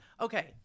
okay